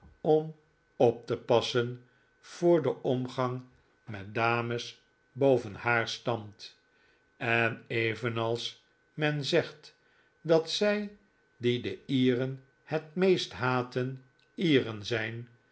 om op te passen voor den omgang met dames boven haar stand en evenals men zegt dat zij die de ieren het meest haten ieren zijn